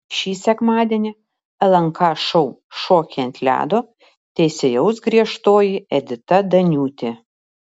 šį sekmadienį lnk šou šokiai ant ledo teisėjaus griežtoji edita daniūtė